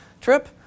trip